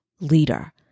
leader